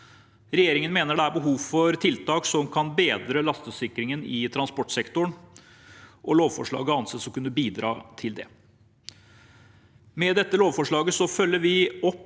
Regjeringen mener det er behov for tiltak som kan bedre lastsikringen i transportsektoren, og lovforslaget anses å kunne bidra til det. Med dette lovforslaget følger vi opp